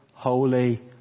Holy